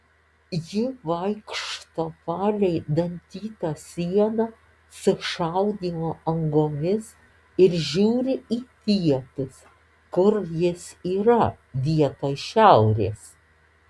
ji vaikšto palei dantytą sieną su šaudymo angomis ir žiūri į pietus kur jis yra vietoj šiaurės